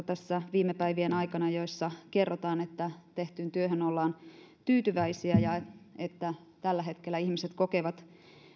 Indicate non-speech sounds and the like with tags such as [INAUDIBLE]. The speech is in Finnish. [UNINTELLIGIBLE] tässä viime päivien aikana paljon kansalaispalautetta jossa kerrotaan että tehtyyn työhön ollaan tyytyväisiä ja että tällä hetkellä ihmiset kokevat